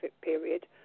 period